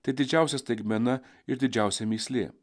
tai didžiausia staigmena ir didžiausia mįslė